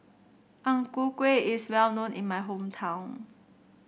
Ang Ku Kueh is well known in my hometown